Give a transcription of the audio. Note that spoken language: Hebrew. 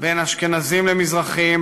בין אשכנזים למזרחים,